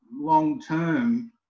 long-term